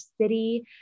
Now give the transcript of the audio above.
city